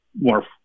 more